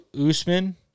Usman